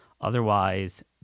Otherwise